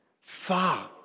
far